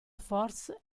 force